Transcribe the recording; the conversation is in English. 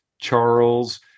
charles